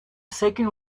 second